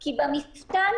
ב"מפתן"